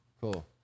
Cool